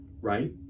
right